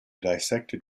dissected